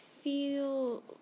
feel